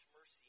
mercy